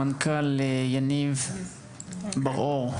המנכ"ל יניב בר אור.